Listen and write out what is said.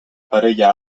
parella